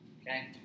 Okay